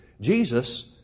Jesus